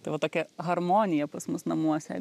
tai va tokia harmonija pas mus namuose